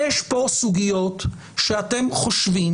יש פה סוגיות שאתם חושבים,